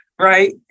right